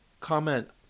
comment